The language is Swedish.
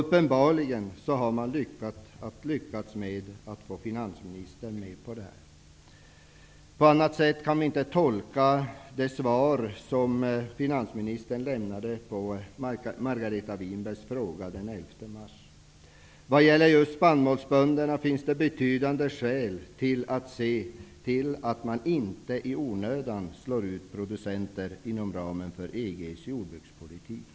Uppenbarligen har man lyckats med att få finansministern med på detta. På annat sätt kan man inte tolka det svar som finansministern lämnade på Margareta Winbergs fråga den 11 mars. Vad gäller just spannmålsbönderna finns det betydande skäl att se till att man inte i onödan slår ut producenter inom ramen för EG:s jordbrukspolitik.